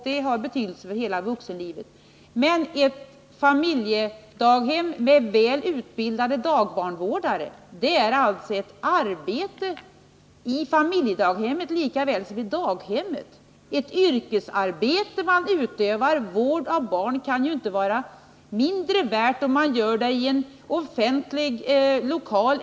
Detta har betydelse för hela vuxenlivet. Men det är här fråga om familjedaghem med väl utbildade dagbarnvårdare. Det är alltså i familjedaghemmet lika väl som i daghemmet ett yrkesarbete som man utövar. Vård av barn kan ju inte vara mindre värd i ett hem än i en offentlig lokal.